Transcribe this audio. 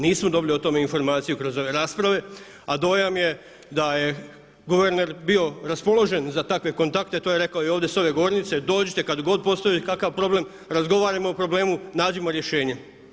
Nismo dobili o tome informaciju kroz ove rasprave, a dojam je da je guverner bio raspoložen za takve kontakte, to je rekao i ovdje s ove govornice, dođite kad god postoji kakav problem, razgovarajmo o problemu i nađimo rješenje.